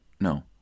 No